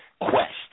quest